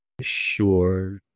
Sure